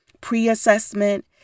pre-assessment